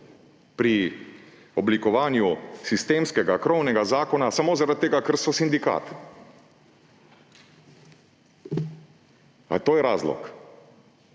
pri oblikovanju sistemskega krovnega zakona samo zaradi tega, ker so sindikat. Je to razlog?